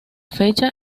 fecha